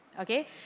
Okay